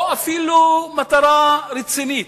או אפילו מטרה רצינית,